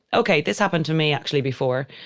ok, this happened to me actually before.